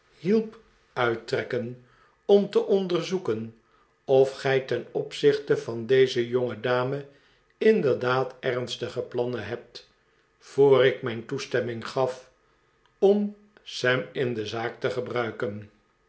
hielp uittrekken om te onderzoeken of gij ten opzichte van deze jongedame inderdaad ernstige plannen hebt voor ik mijn toestemming gaf om sam in de zaak'te gebruiken